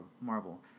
marvel